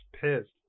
pissed